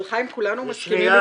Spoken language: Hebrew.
אבל חיים, כולנו מסכימים איתך.